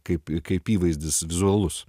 kaip kaip įvaizdis vizualus